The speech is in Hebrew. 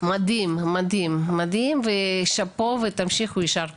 מדהים מדהים, ושאפו תמשיכו יישר כוח.